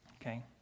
Okay